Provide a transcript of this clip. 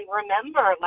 remember